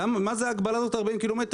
מה זו ההגבלה הזאת של 40 ק"מ?